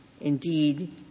indeed